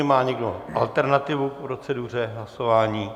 Má někdo alternativu k proceduře hlasování?